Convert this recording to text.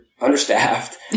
understaffed